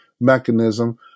mechanism